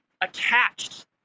attached